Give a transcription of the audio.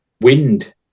wind